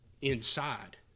Inside